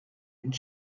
une